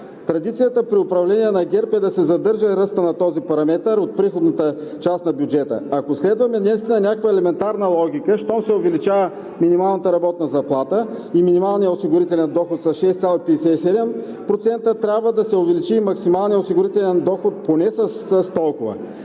Традицията при управление на ГЕРБ е да се задържа ръстът на този параметър от приходната част на бюджета. Ако следваме наистина някаква елементарна логика, щом се увеличава минималната работна заплата и минималният осигурителен доход с 6,57% трябва да се увеличи и максималният осигурителен доход, поне с толкова.